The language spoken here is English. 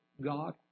God